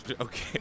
Okay